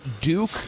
Duke